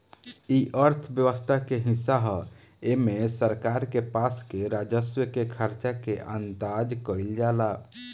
इ अर्थव्यवस्था के हिस्सा ह एमे सरकार के पास के राजस्व के खर्चा के अंदाज कईल जाला